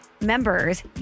members